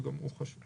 שגם הוא חשוב.